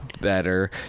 better